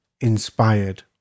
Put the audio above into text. inspired